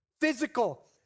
physical